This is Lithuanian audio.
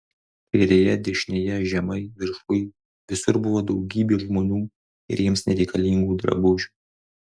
kairėje dešinėje žemai viršuj visur buvo daugybė žmonių ir jiems nereikalingų drabužių